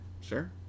sure